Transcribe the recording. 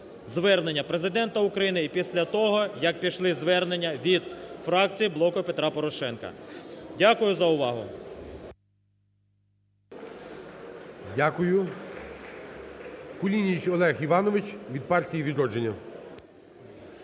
звернення Президента України і після того, як пішли звернення від фракції "Блоку Петра Порошенка". Дякую за увагу. ГОЛОВУЮЧИЙ. Дякую. Кулініч Олег Іванович від Партії "Відродження".